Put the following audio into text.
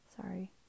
Sorry